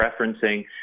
referencing